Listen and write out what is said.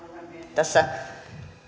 tässä